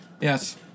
Yes